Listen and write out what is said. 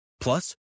Plus